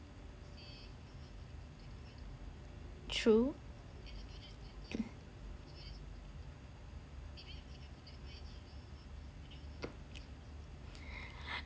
true